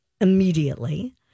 immediately